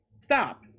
Stop